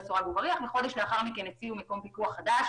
סורג ובריח וחודש לאחר מכן הציעו מקום פיקוח חדש